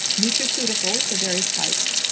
nutraceuticals of various types,